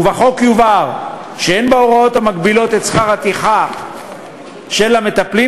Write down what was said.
ובחוק יובהר שאין בהוראות המגבילות את שכר הטרחה של המטפלים